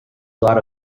lot